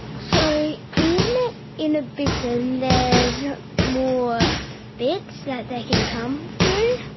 so in inhibition there's more bits that they can come through,